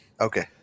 okay